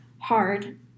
hard